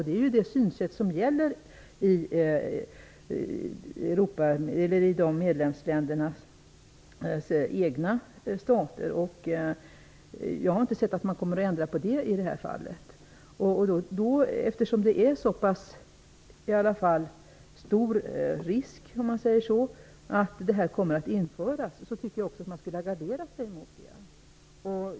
Det är det synsätt som gäller i medlemsländerna. Jag har inte sett att man kommer att ändra på det i det här fallet. Eftersom det är så pass stor risk för att nämnda ordning kommer att införas tycker jag att man skulle ha garderat sig.